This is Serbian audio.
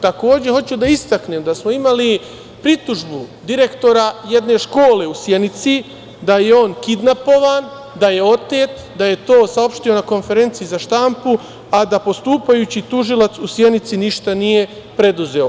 Takođe, hoću da istaknem da smo imali pritužbu direktora jedne škole u Sjenici, da je on kidnapovan, da je otet, da je to saopštio na konferenciji za štampu, a da je postupajući tužilac u Sjenici ništa nije preduzeo.